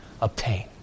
obtained